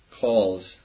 calls